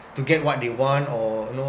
to get what they want or know